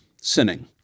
sinning